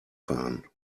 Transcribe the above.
fahren